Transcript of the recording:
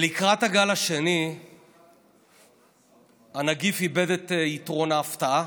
לקראת הגל השני הנגיף איבד את יתרון ההפתעה.